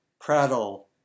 prattle